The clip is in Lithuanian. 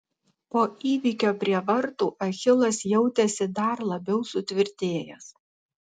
po įvykio prie vartų achilas jautėsi dar labiau sutvirtėjęs